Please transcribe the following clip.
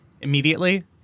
Immediately